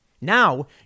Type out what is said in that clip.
Now